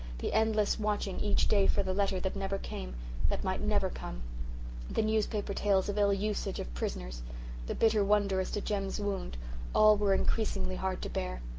the endless watching each day for the letter that never came that might never come the newspaper tales of ill-usage of prisoners the bitter wonder as to jem's wound all were increasingly hard to bear.